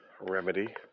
remedy